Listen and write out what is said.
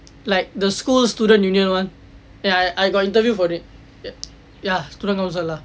like the school student union one ya I got interview for it ya student council lah